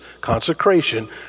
consecration